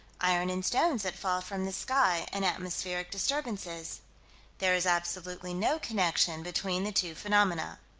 iron and stones that fall from the sky and atmospheric disturbances there is absolutely no connection between the two phenomena.